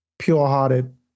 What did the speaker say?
pure-hearted